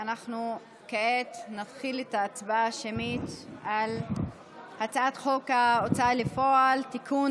כעת נתחיל את ההצבעה השמית על הצעת חוק ההוצאה לפועל (תיקון,